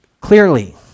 clearly